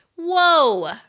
Whoa